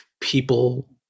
people